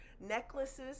necklaces